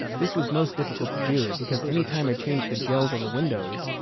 this was most difficult to do, because any time i changed the gels on the windows,